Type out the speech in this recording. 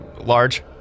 large